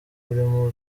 urimo